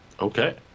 Okay